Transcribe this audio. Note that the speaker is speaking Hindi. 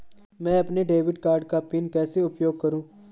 मैं अपने डेबिट कार्ड का पिन कैसे उपयोग करूँ?